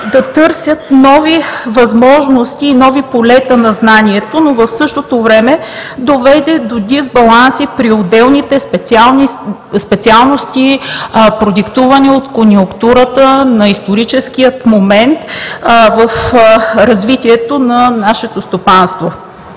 да търсят нови възможности и нови полета на знанието, но в същото време доведе до дисбаланси при отделните специалности, продиктувани от конюнктурата на историческия момент в развитието на нашето стопанство.